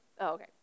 okay